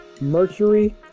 Mercury